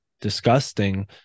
disgusting